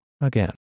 again